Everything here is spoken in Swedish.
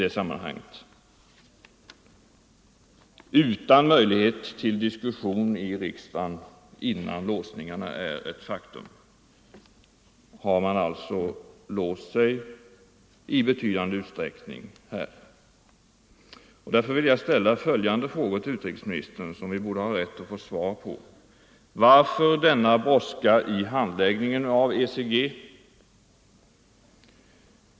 Det har således inte givits möjlighet till diskussion i riksdagen innan låsningarna i betydande utsträckning blivit ett faktum. Därför vill jag till utrikesministern ställa följande frågor, som vi borde ha rätt att få svar på: Varför denna brådska i handläggningen av inträdet i ECG?